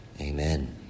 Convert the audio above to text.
Amen